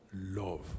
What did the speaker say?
Love